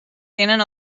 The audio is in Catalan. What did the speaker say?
tenen